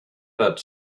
that